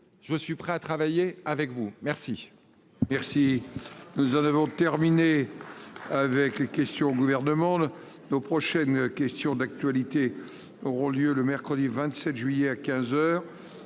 je suis prêt à travailler avec vous. Très